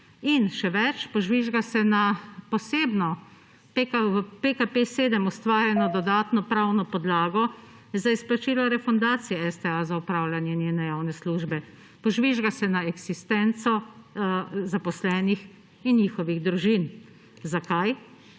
in še več, požvižga se na posebno PKP 7 ustvarjeno dodatno pravno podlago za izplačilo refundacije STA za opravljanje njene javne službe, požvižga se ja eksistenco zaposlenih in njihovih družin. Zakaj?